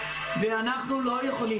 אנחנו לא יכולים.